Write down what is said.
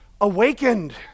awakened